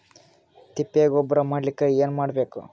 ತಿಪ್ಪೆ ಗೊಬ್ಬರ ಮಾಡಲಿಕ ಏನ್ ಮಾಡಬೇಕು?